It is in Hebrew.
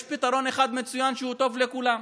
יש פתרון אחד מצוין שהוא טוב לכולם: